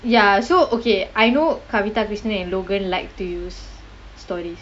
ya so okay I know kavita krishnan and logan like to use stories